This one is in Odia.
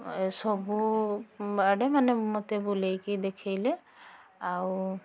ଏ ସବୁ ଆଡ଼େ ମାନେ ମୋତେ ବୁଲାଇକି ଦେଖାଇଲେ ଆଉ